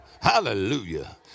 Hallelujah